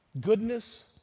goodness